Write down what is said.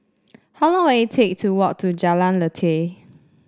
how long will it take to walk to Jalan Lateh